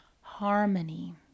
harmony